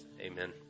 Amen